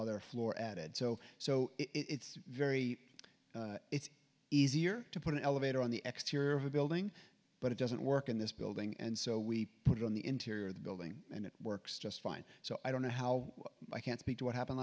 other floor added so so it's very it's easier to put an elevator on the exterior of a building but it doesn't work in this building and so we put it on the interior of the building and it works just fine so i don't know how i can speak to what happened